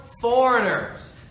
Foreigners